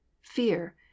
fear